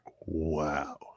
Wow